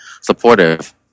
supportive